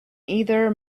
either